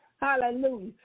Hallelujah